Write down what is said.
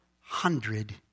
hundred